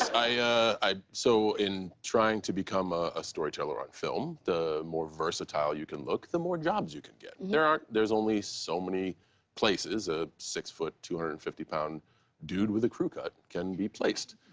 i i so in trying to become ah a storyteller on film, the more versatile you can look, the more jobs you can get. there's there's only so many places a six, two hundred and fifty pound dude with a crew cut can be placed.